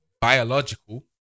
biological